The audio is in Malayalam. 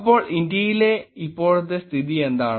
അപ്പോൾ ഇന്ത്യയിലെ ഇപ്പോഴത്തെ സ്ഥിതി എന്താണ്